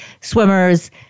swimmers